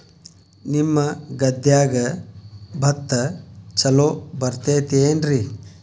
ನಿಮ್ಮ ಗದ್ಯಾಗ ಭತ್ತ ಛಲೋ ಬರ್ತೇತೇನ್ರಿ?